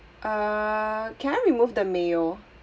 uh can I remove the mayo